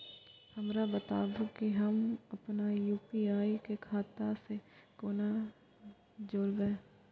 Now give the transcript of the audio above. हमरा बताबु की हम आपन यू.पी.आई के खाता से कोना जोरबै?